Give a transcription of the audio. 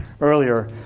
earlier